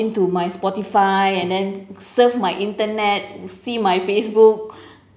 into my spotify and then surf my internet see my facebook